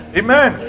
amen